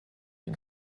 den